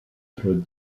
through